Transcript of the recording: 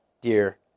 dear